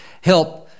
help